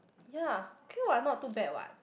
ya okay what not too bad what